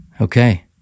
Okay